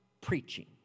preaching